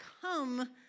come